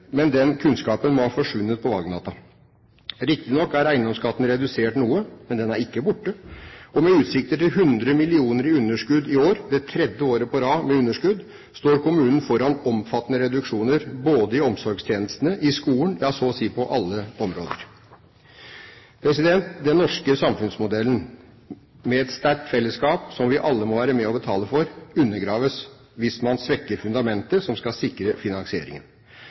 men den kunnskapen må ha forsvunnet på valgnatten. Riktignok er eiendomsskatten redusert noe, men den er ikke borte, og med utsikter til 100 mill. kr i underskudd i år – det tredje året på rad med underskudd – står kommunen foran omfattende reduksjoner i omsorgstjenestene, i skolen – ja, så å si på alle områder. Den norske samfunnsmodellen med et sterkt fellesskap som vi alle må være med og betale for, undergraves hvis man svekker fundamentet som skal sikre finansieringen.